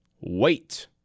wait